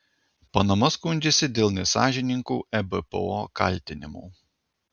panama skundžiasi dėl nesąžiningų ebpo kaltinimų